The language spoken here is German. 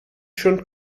schon